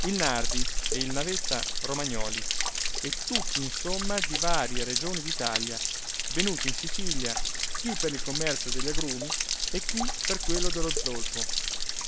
il nardi e il navetta romagnoli e tutti insomma di varie regioni d'italia venuti in sicilia chi per il commercio degli agrumi e chi per quello dello zolfo